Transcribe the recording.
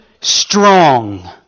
strong